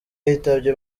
yitabye